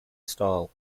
style